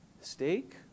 steak